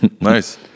Nice